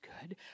good